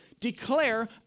declare